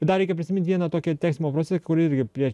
dar reikia prisimint vieną tokį teismo proce kur irgi prie